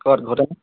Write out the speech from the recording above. ক'ত ঘৰতে নে